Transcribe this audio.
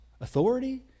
authority